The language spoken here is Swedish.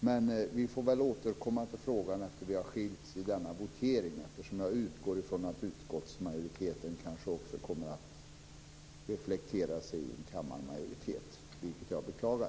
Men vi får väl återkomma till frågan efter det att vi skilts vid voteringen. Jag utgår från att majoriteten i utskottet också kommer att reflektera sig i kammarmajoritet, vilket jag beklagar.